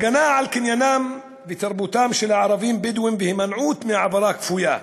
הגנה על קניינם ותרבותם של הערבים-בדואים והימנעות מהעברה כפויה: